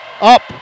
Up